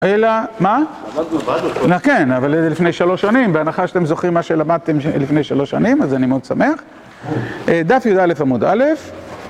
אלא, מה? למדנו את זה. כן, אבל לפני שלוש שנים, בהנחה שאתם זוכרים מה שלמדתם לפני שלוש שנים, אז אני מאוד שמח. דף י"א עמוד א'...